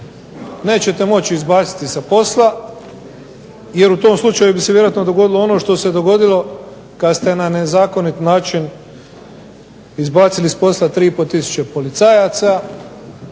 Nećete moći izbaciti ih sa posla jer u tom slučaju bi se vjerojatno dogodilo ono što se dogodilo kad ste na nezakonit način izbacili s posla 3,5 tisuće policajaca